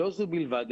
לא זו בלבד,